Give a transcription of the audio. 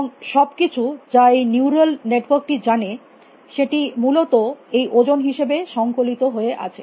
এবং সব কিছু যা এই নিউরাল নেটওয়ার্ক টি জানে সেটি মূলত এই ওজন হিসাবে সংকলিত হয়ে আছে